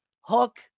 Hook